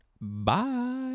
Bye